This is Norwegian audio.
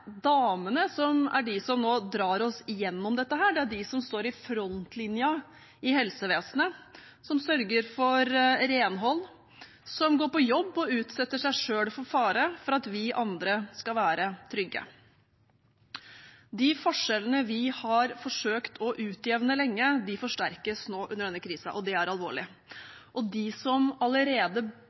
damene som er de som nå drar oss gjennom dette, det er de som står i frontlinjen i helsevesenet, som sørger for renhold, som går på jobb og utsetter seg selv for fare, for at vi andre skal være trygge. De forskjellene vi har forsøkt å utjevne lenge, forsterkes nå under denne krisen. Det er alvorlig, og de som allerede